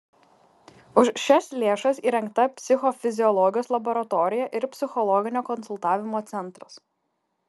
už šias lėšas įrengta psichofiziologijos laboratorija ir psichologinio konsultavimo centras